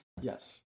Yes